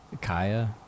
Kaya